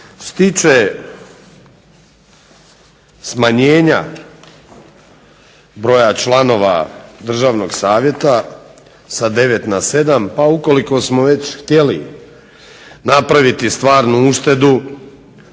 tiče smanjenja broja članova Državnog savjeta sa 9 na 7, pa ukoliko smo već htjeli napraviti stvarnu uštedu